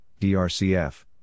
DRCF